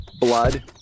blood